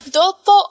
dopo